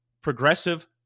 progressive